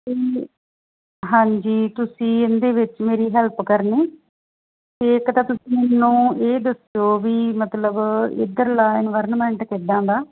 ਅਤੇ ਹਾਂਜੀ ਤੁਸੀਂ ਇਹਦੇ ਵਿੱਚ ਮੇਰੀ ਹੈਲਪ ਕਰਨੀ ਅਤੇ ਇੱਕ ਤਾਂ ਤੁਸੀਂ ਮੈਨੂੰ ਇਹ ਦੱਸੋ ਵੀ ਮਤਲਬ ਇੱਧਰਲਾ ਇਨਵਾਰਨਮੈਂਟ ਕਿੱਦਾਂ ਦਾ